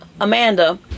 Amanda